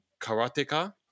karateka